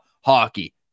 hockey